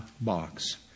box